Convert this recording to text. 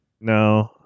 no